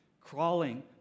Crawling